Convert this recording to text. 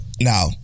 Now